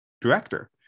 director